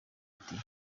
ati